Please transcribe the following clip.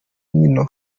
nkino